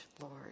Lord